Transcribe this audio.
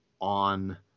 on